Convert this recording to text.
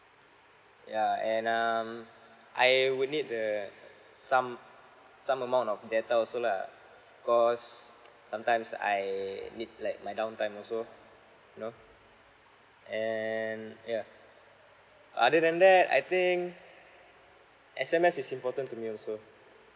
yeah and um I would need the some some amount of data also lah because sometimes I need like my down time also you know and yeah other than that I think S_M_S is important to me also